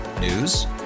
News